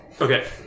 Okay